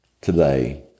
today